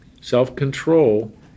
Self-control